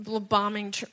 bombing